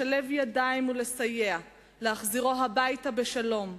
לשלב ידיים ולסייע להחזירו הביתה בשלום.